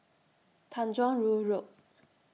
Tanjong Rhu Road